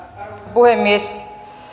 puhemies